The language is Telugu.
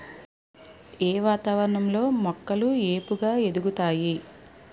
ఏ వాతావరణం లో మొక్కలు ఏపుగ ఎదుగుతాయి?